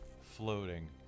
floating